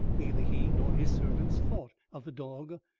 neither he nor his servants thought of the dog,